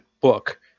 book